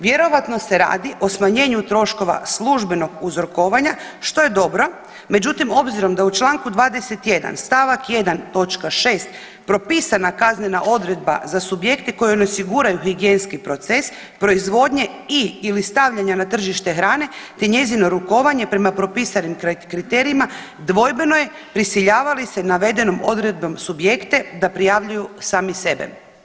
Vjerojatno se radi o smanjenju troškova službenog uzorkovanja što je dobro, međutim obzirom da u članku 21. stavak 1. točka 6. propisana kaznena odredba za subjekte koji ne osiguraju higijenski proces proizvodnje i/ili stavljanja na tržište hrane te njezino rukovanje prema propisanim kriterijima dvojbeno je prisiljava li se navedenom odredbom subjekte da prijavljuju sami sebe.